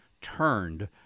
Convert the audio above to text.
turned